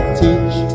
teach